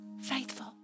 faithful